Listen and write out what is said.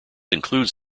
includes